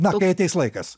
na kai ateis laikas